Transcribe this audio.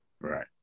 Right